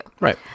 Right